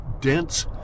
dense